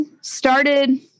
started